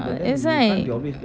that's why